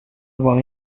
avoir